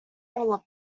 all